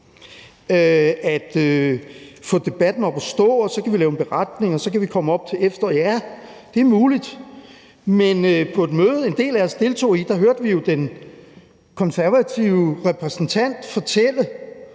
at få debatten op at stå, og at så kan vi lave en beretning, og så kan det komme op til efteråret. Ja, det er muligt. Men på et møde, som en del af os deltog i, hørte vi jo den konservative repræsentant fortælle